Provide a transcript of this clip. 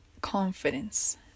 confidence